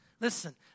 listen